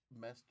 Messed